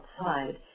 outside